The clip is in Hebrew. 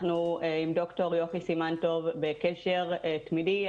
אנחנו עם ד"ר יוכי סימן טוב בקשר תמידי.